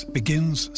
begins